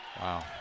Wow